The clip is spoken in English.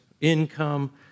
income